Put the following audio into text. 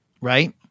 right